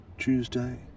Tuesday